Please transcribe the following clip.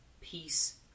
Peace